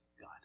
God